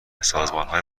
سازمانهای